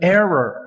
error